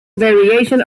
variation